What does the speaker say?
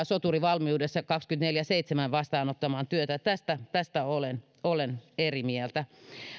soturi valmiudessa kaksikymmentäneljä kautta seitsemään vastaanottamaan työtä eli tästä olen olen eri mieltä